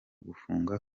gufunga